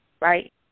Right